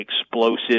explosive